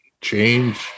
change